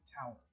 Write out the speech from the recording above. tower